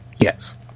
Yes